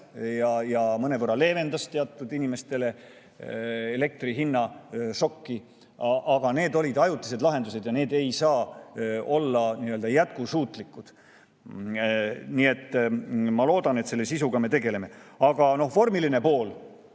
ja mõnevõrra leevendas teatud inimestele elektrihinnašokki. Aga need on ajutised lahendused ja need ei saa olla jätkusuutlikud. Nii et ma loodan, et selle sisuga me tegeleme edasi. Aga vormiline pool,